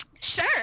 Sure